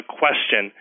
question